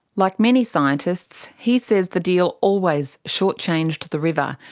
like many scientists, he says the deal always short-changed the river.